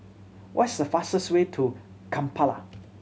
what is the fastest way to Kampala